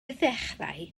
ddechrau